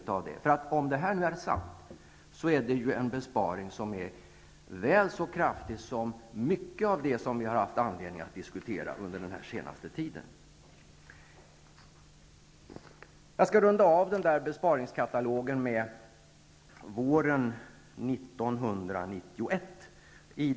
Om detta påstående är sant innebär det en besparing som är väl så kraftig som många förslag vi haft anledning att diskutera den senaste tiden kan leda till. Jag skall runda av besparingskatalogen med våren 1991.